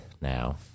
now